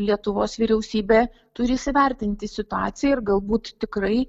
lietuvos vyriausybė turi įsivertinti situaciją ir galbūt tikrai